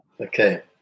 Okay